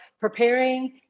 preparing